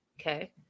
okay